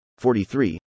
43